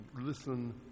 Listen